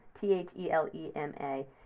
T-H-E-L-E-M-A